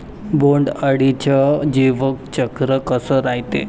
बोंड अळीचं जीवनचक्र कस रायते?